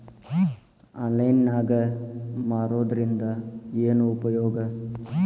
Online ನಾಗ್ ಮಾರೋದ್ರಿಂದ ಏನು ಉಪಯೋಗ?